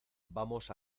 vamos